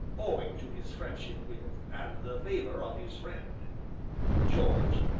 owing to his friendship with, and the favor of his friend george?